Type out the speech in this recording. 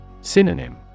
Synonym